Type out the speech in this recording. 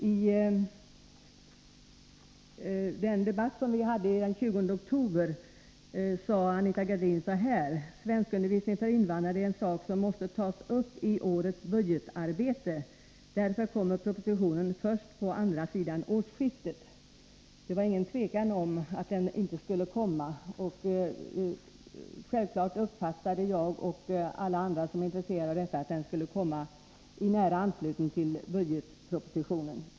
I den debatt vi hade den 20 oktober sade Anita Gradin så här: ”Svenskundervisning för invandrare är en sak som måste tas upp i årets budgetarbete. Därför kommer propositionen först på andra sidan årsskiftet.” Det var inget tvivel om att den inte skulle komma. Självklart uppfattade jag och alla andra som är intresserade av detta att den skulle komma i nära anslutning till budgetpropositionen.